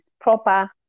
proper